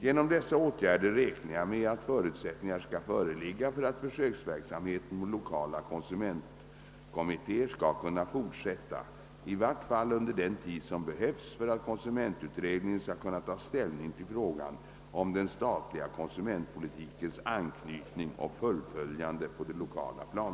Genom dessa åtgärder räknar jag med att förutsättningar skall föreligga för att försöksverksamheten med lokala konsumentkommittéer skall kunna fortsätta i vart fall under den tid som behövs för att konsumentutredningen skall kunna ta ställning till frågan om den :statliga konsumentpolitikens anknytning och fullföljande på det lokala planet.